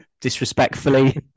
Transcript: disrespectfully